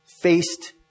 faced